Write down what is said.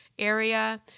Area